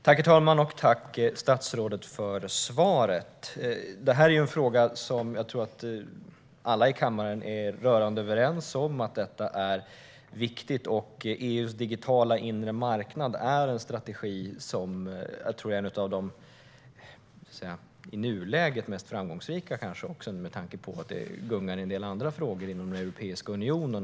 Herr talman! Tack, statsrådet, för svaret! Det här är en fråga som jag tror att alla i kammaren är rörande överens om är viktig. EU:s digitala inre marknad är en strategi som jag tror är en av de i nuläget mest framgångsrika, också med tanke på att det gungar i en del andra frågor inom Europeiska unionen.